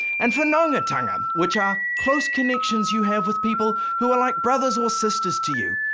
and whanaungatanga which are close connections you have with people who are like brothers or sisters to you,